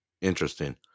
Interesting